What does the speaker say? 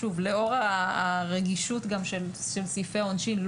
לאור הרגישות של סעיפי העונשין,